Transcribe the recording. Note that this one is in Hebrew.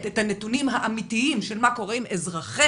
את הנתונים האמיתיים של מה שקורה עם אזרחיה,